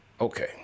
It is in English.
Okay